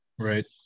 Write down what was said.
Right